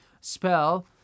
spell